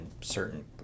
certain